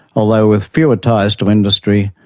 although with fewer ties to industry,